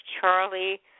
Charlie